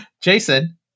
Jason